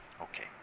okay